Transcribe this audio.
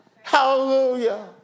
Hallelujah